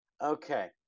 Okay